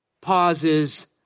pauses